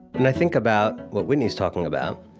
and i think about what whitney's talking about,